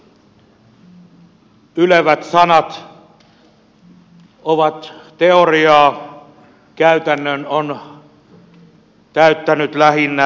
ylevät sanat ovat teoriaa käytännön on täyttänyt lähinnä hämmennys